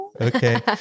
Okay